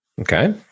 Okay